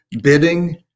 bidding